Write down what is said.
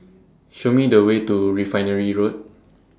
Show Me The Way to Refinery Road